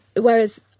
Whereas